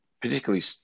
particularly